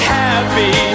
happy